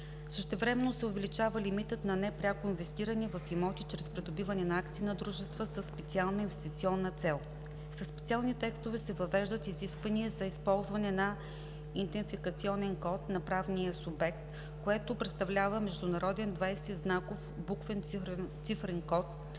Същевременно се увеличава лимитът за непряко инвестиране в имоти чрез придобиване на акции на дружества със специална инвестиционна цел. Със специални текстове се въвеждат изисквания за използване на идентификационен код на правния субект, което представлява международен 20-знаков буквено-цифрен код,